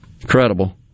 Incredible